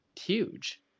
huge